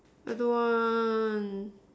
I don't want